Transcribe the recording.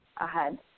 ahead